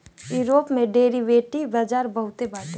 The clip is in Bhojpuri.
यूरोप में डेरिवेटिव बाजार बहुते बाटे